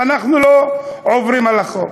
אנחנו לא עוברים על החוק.